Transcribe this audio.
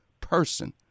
person